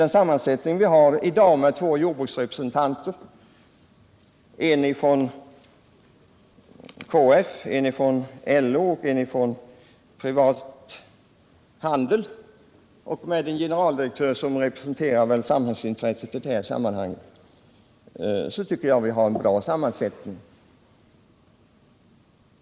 Den sammansättning som nämnden har i dag med två representanter för jordbruket, en representant för KF, en för LO och en för den privata handeln samt en generaldirektör, som väl kan sägas representera samhällsintresset, tycker jag är bra.